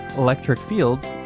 electric fields,